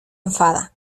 enfada